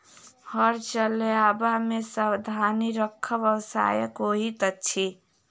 हर चलयबा मे सावधानी राखब आवश्यक होइत अछि